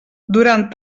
durant